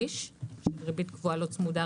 שליש ריבית קבועה לא צמודה,